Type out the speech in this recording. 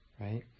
right